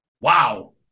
Wow